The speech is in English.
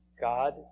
God